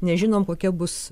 nežinom kokia bus